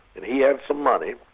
and he had some money,